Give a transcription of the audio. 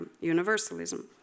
universalism